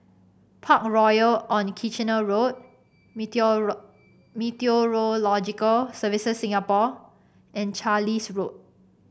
Parkroyal on Kitchener Road Meteorological Services Singapore and Carlisle Road